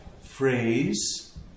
phrase